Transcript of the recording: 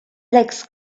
legs